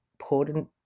important